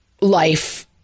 life